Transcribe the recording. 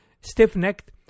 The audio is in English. stiff-necked